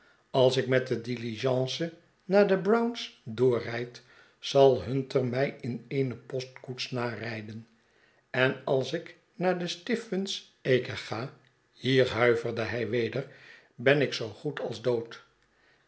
als ik met de diligence naar de brown's doorrijd zal hunter mij in eene postkoets narijden en als ik naar dat stif fun's acre ga hier huiverde hij weder ben ik zoogoed als dood